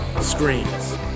screens